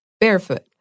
barefoot